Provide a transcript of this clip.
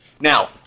Now